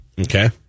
Okay